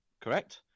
Correct